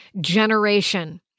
generation